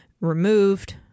removed